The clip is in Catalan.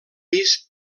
pis